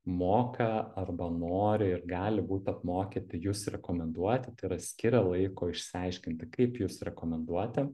moka arba nori ir gali būt apmokyti jus rekomenduoti tai yra skiria laiko išsiaiškinti kaip jus rekomenduoti